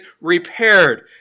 repaired